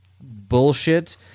bullshit